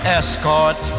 escort